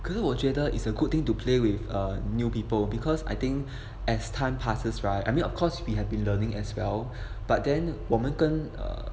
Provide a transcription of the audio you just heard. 可是我觉得 is a good thing to play with err new people because I think as time passes right I mean of course we have been learning as well but then 我们跟 err